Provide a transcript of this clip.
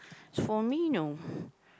as for me no